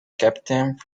captains